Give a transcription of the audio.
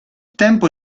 tempo